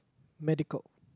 medical